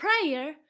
prayer